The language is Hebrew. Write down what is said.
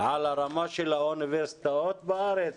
על הרמה של האוניברסיטאות בארץ?